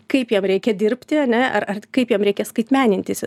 kaip jam reikia dirbti ane ar ar kaip jam reikia skaitmenintis